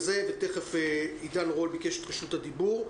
ותכף עידן רול שביקש יקבל את רשות הדיבור.